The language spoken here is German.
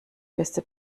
beste